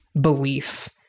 belief